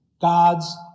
God's